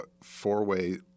four-way